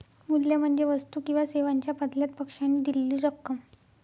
मूल्य म्हणजे वस्तू किंवा सेवांच्या बदल्यात पक्षाने दिलेली रक्कम